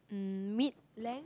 mm mid land